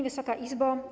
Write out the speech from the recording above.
Wysoka Izbo!